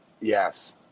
Yes